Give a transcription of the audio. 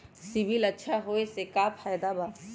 CIBIL अच्छा होऐ से का फायदा बा?